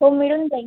हो मिळून जाईल